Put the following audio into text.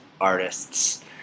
artists